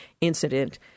incident